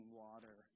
water